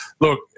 look